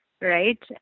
right